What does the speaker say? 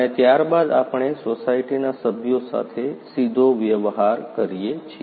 અને ત્યારબાદ આપણે સોસાયટીના સભ્યો સાથે સીધો વ્યવહાર કરીએ છીએ